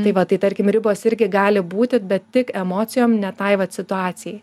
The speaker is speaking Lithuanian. tai va tai tarkim ribos irgi gali būti bet tik emocijom ne tai vat situacijai